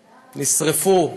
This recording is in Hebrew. נשרפו.